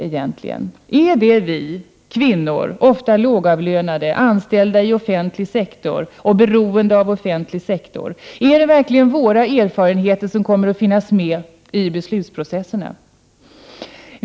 Är det verkligen vi kvinnor — ofta lågavlönade, anställda i offentlig sektor och beroende av offentlig sektor — och våra erfarenheter som kommer att finnas med i beslutsprocesserna?